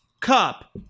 Cup